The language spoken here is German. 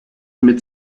mit